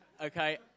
Okay